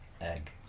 egg